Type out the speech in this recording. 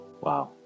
Wow